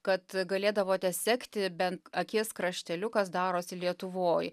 kad galėdavote sekti bent akies krašteliu kas darosi lietuvoj